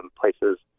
places